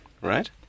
right